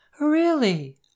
Really